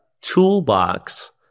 toolbox